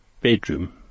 bedroom